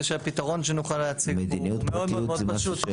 שהפתרון שנוכל להציע פה הוא מאוד מאוד פשוט.